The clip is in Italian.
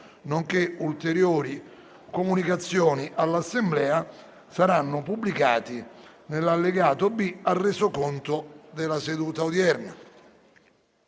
nonché ulteriori comunicazioni all'Assemblea saranno pubblicati nell'allegato B al Resoconto della seduta odierna.